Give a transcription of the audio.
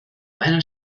einer